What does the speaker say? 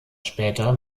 später